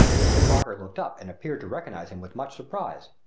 mr. parker looked up and appeared to recognize him with much surprise.